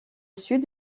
sud